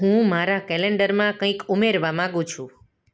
હું મારા કૅલેન્ડરમાં કંઈક ઉમેરવા માગું છું